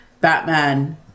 Batman